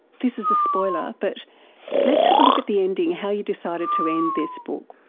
this is a spoiler, but let's have a look at the ending, how you decided to end this book.